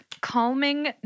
calming